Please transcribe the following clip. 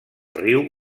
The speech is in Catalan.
riu